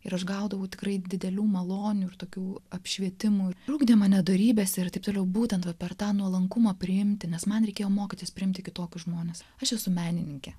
ir aš gaudavau tikrai didelių malonių ir tokių apšvietimų ir ugdė mane dorybės taip toliau būtent va per tą nuolankumą priimti nes man reikėjo mokytis priimti kitokius žmones aš esu menininkė